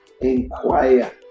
inquire